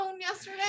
yesterday